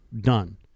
Done